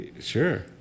Sure